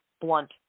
blunt